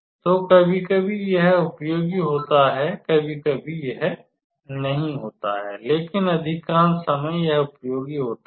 तो कभी कभी यह उपयोगी होता है कभी कभी यह नहीं होता है लेकिन अधिकांश समय यह उपयोगी होता है